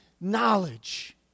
knowledge